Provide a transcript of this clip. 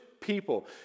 people